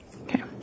Okay